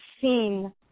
seen